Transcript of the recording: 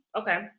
okay